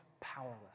powerless